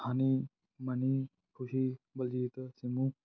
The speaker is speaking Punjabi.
ਹਨੀ ਮਨੀ ਖੁਸ਼ੀ ਬਲਜੀਤ ਸਿੰਮੂ